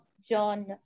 John